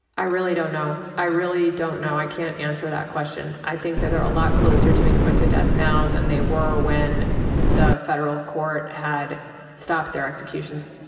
i really don't know. i really don't know. i can't answer that question. i think that they're a lot closer to being put to death now than they were when the federal court had stopped their executions.